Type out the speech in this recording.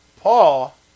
Paul